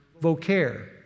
vocare